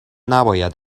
نباید